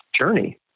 journey